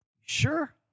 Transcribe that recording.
Sure